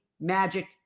Magic